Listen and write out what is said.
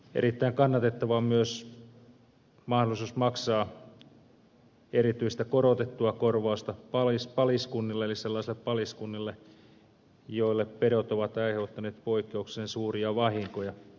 erittäin kannatettava on myös mahdollisuus maksaa erityistä korotettua korvausta paliskunnille eli sellaisille paliskunnille joille pedot ovat aiheuttaneet poikkeuksellisen suuria vahinkoja